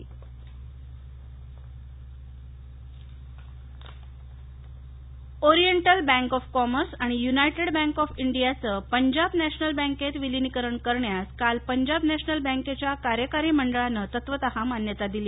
Punjab national oriental bank of commerce आणि united bank of इंडियाचं Punjab national बँकेत विलिनीकरण करण्यास काल पंजाब नॅशनल बँकेच्या कार्यकारी मंडळानं तत्वतः मान्यता दिली